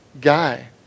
guy